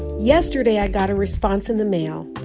yesterday, i got a response in the mail.